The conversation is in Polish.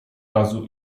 razu